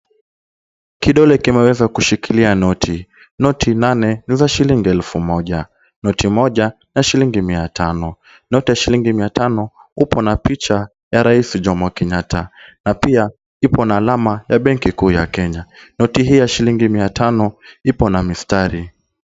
Kidole kimeweza kushikilia noti, noti nane za shillingi elfu moja, noti moja ni ya shillingi mia tano. Noti ya shillingi mia tano iko na picha ya Rais Jomo Kenyatta, na pia iko na alama ya benki kuu ya Kenya. Noti hii ya shillingi mia tano iko na mistari.